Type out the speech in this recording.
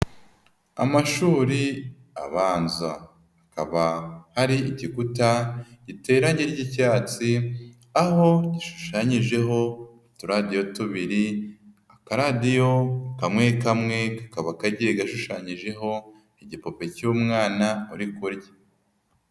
Amashuri abanza akaba ari igikuta giteranye ry'icyatsi, aho gishushanyijeho uturadio tubiri, akaradiyo kamwe kamwe kakaba kagiye gashushanyijeho igipupe cy'umwana urikurya.